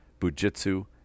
bujitsu